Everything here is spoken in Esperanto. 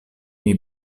pli